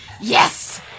Yes